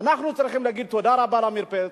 אנחנו צריכים להגיד תודה רבה לעמיר פרץ,